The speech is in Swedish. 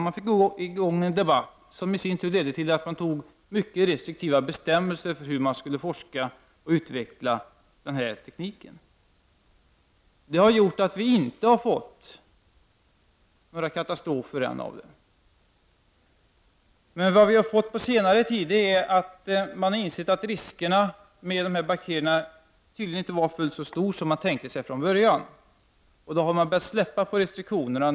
Denna debatt ledde till att mycket restriktiva bestämmelser antogs för hur man skulle forska och utveckla denna teknik. Av den anledningen har det ännu inte skett några katastrofer när det gäller denna teknik. Men på senare tid har man insett att riskerna med dessa bakterier tydligen inte var fullt så stora som man hade tänkt från början. Då har man börjat släppa på restriktionerna.